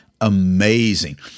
amazing